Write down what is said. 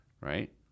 Right